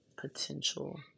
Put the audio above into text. potential